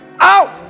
Out